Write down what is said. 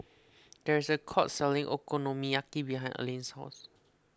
there is a food court selling Okonomiyaki behind Aleen's house